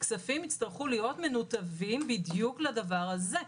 כספים יצטרכו להיות מנותבים בדיוק לדבר הזה,